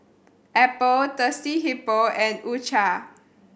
Apple Thirsty Hippo and U Cha